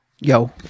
Yo